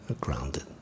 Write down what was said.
grounded